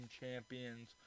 Champions